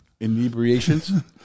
inebriations